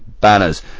banners